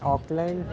Auckland